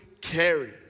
carry